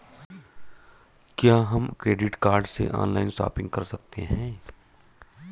क्या हम credit card से ऑनलाइन शॉपिंग कर सकते हैं?